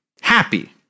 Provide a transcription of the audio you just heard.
happy